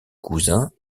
cousin